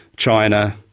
china,